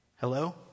Hello